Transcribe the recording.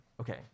Okay